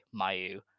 Mayu